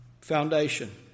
foundation